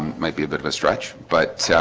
might be a bit of a stretch but